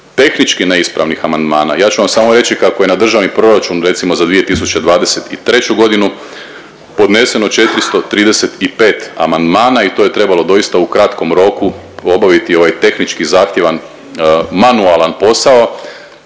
tehnički neispravnih amandmana. Ja ću vam samo reći kako je na državni proračun recimo za 2023.g. podneseno 435 amandmana i to je trebalo doista u kratkom roku obaviti ovaj tehnički zahtjevan manualan posao